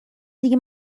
دیگه